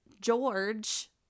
George